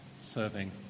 serving